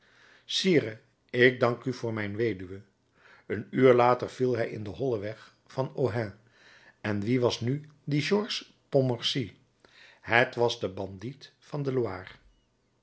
sire ik dank u voor mijn weduwe een uur later viel hij in den hollen weg van ohain en wie was nu die georges pontmercy het was de bandiet van de loire